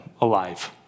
alive